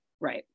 right